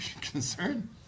Concern